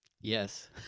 Yes